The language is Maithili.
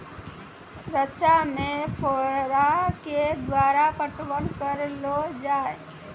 रचा मे फोहारा के द्वारा पटवन करऽ लो जाय?